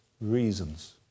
reasons